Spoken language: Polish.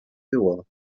było